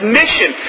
mission